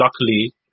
luckily